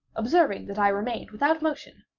observing that i remained without motion,